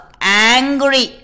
angry